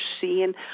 seeing